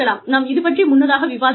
நாம் இது பற்றி முன்னதாக விவாதித்தோம்